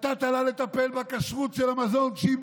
נתת לה לטפל בכשרות המזון, כשהיא